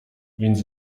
więc